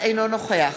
אינו נוכח